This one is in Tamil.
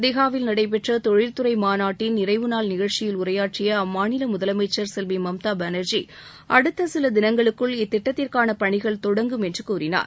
திஹாவில் நடைபெற்ற தொழில்துறை மாநாட்டின் நிறைவு நாள் நிகழ்ச்சியில் உரையாற்றிய அம்மாநில முதலமைச்சர் செல்வி மம்தா பானர்ஜி அடுத்த சில தினங்களுக்குள் இத்திட்டத்திற்கான பணிகள் தொடங்கும் என்று கூறினார்